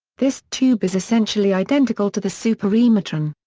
this tube is essentially identical to the super-emitron.